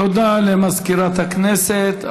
תודה למזכירת הכנסת.